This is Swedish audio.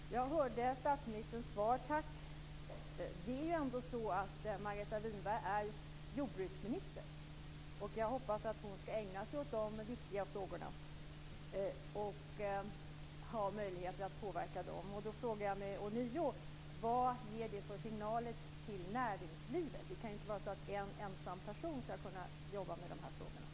Fru talman! Jag hörde statsministerns svar - tack. Det är ändå så att Margareta Winberg är jordbruksminister. Jag hoppas att hon skall ägna sig åt de viktiga frågorna och ha möjligheter att påverka dem. Då frågar jag ånyo: Vad ger det för signaler till näringslivet? Det kan inte vara så att en ensam person skall kunna jobba med de här frågorna?